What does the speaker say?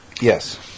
Yes